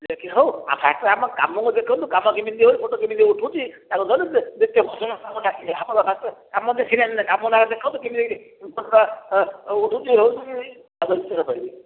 ଦେଖି ହଉ ଆମ ଫଟୋ ଆମ କାମକୁ ଦେଖନ୍ତୁ କାମ କେମିତି ହେଉଛି ଫଟୋ କେମିତି ଉଠୁଛି ତାକୁ ଧରେ